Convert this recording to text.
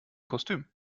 kostüm